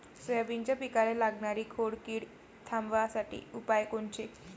सोयाबीनच्या पिकाले लागनारी खोड किड थांबवासाठी उपाय कोनचे?